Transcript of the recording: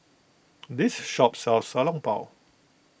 this shop sells Xiao Long Bao